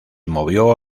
movió